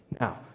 Now